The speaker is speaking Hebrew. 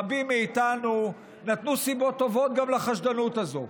רבים מאיתנו נתנו סיבות טובות גם לחשדנות הזו.